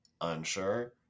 Unsure